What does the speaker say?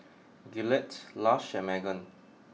Gillette Lush and Megan